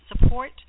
support